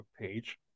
page